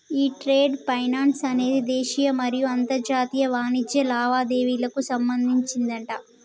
ఈ trade finance అనేది దేశీయ మరియు అంతర్జాతీయ వాణిజ్య లావాదేవీలకు సంబంధించిందట